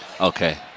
okay